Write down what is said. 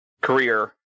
career